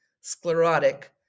sclerotic